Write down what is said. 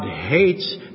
hates